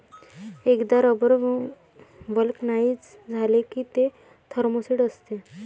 एकदा rubber vulcanise झाले की ते थर्मोसेट असते